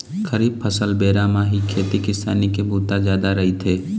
खरीफ फसल बेरा म ही खेती किसानी के बूता जादा रहिथे